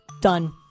Done